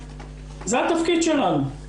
זה התפקיד שלנו.